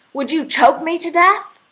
would you choke me to death?